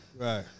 right